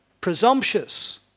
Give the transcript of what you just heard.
presumptuous